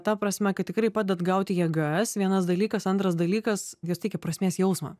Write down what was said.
ta prasme kad tikrai padeda atgauti jėgas vienas dalykas antras dalykas jos teikia prasmės jausmą